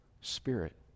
spirit